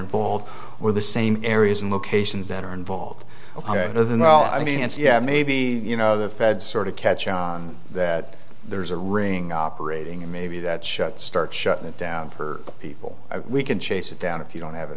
involved or the same areas and locations that are involved in all i mean it's yeah maybe you know the feds sort of catch on that there's a ring operating and maybe that shuts start shutting down people we can chase it down if you don't have it